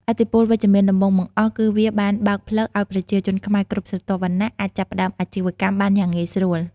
ឥទ្ធិពលវិជ្ជមានដំបូងបង្អស់គឺវាបានបើកផ្លូវឱ្យប្រជាជនខ្មែរគ្រប់ស្រទាប់វណ្ណៈអាចចាប់ផ្តើមអាជីវកម្មបានយ៉ាងងាយស្រួល។